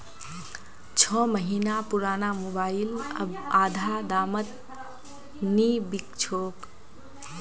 छो महीना पुराना मोबाइल अब आधा दामत नी बिक छोक